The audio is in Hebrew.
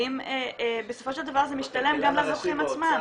האם בסופו של דבר זה משתלם גם לזוכים עצמם?